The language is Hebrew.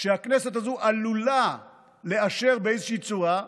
שהכנסת הזו עלולה לאשר באיזושהי צורה,